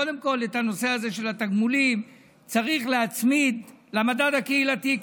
קודם כול את הנושא הזה של התגמולים צריך להצמיד למדד הקהילתי,